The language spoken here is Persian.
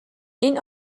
این